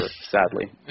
sadly